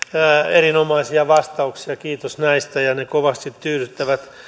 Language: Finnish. erinomaisia vastauksia kiitos näistä ja ne kovasti tyydyttävät